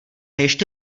ještě